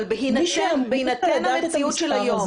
אבל בהינתן המציאות של היום.